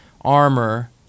armor